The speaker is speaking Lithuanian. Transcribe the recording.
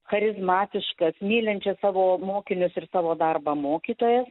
charizmatiškas mylinčias savo mokinius ir savo darbą mokytojas